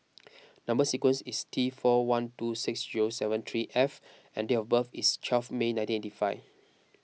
Number Sequence is T four one two six zero seven three F and date of birth is twelve May nineteen eighty five